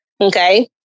Okay